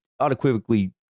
unequivocally